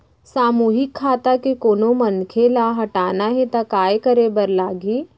सामूहिक खाता के कोनो मनखे ला हटाना हे ता काय करे बर लागही?